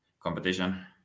competition